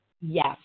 Yes